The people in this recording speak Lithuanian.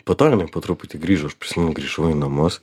po to jinai po truputį grįžo aš prisimenu grįžau į namus